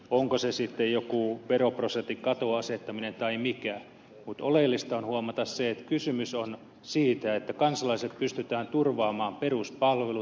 onko se sitten joku veroprosentin katon asettaminen tai mikä mutta oleellista on huomata se että kysymys on siitä että kansalaisille pystytään turvaamaan peruspalvelut